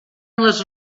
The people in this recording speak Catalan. les